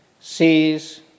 sees